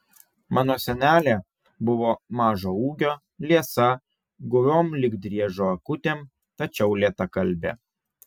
mano senelė buvo mažo ūgio liesa guviom lyg driežo akutėm tačiau lėtakalbė